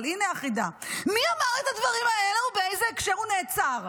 אבל הינה החידה: מי אמר את הדברים האלה ובאיזה הקשר הוא נעצר?